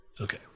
Okay